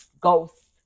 ghost